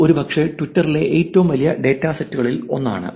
ഇത് ഒരുപക്ഷേ ട്വിറ്ററിലെ ഏറ്റവും വലിയ ഡാറ്റ സെറ്റുകളിൽ ഒന്നാണ്